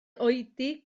oedi